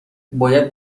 باید